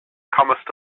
comest